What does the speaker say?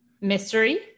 mystery